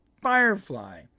Firefly